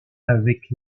avec